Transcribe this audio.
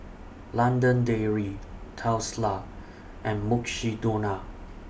London Dairy Tesla and Mukshidonna